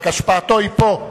רק השפעתו היא פה.